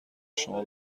شما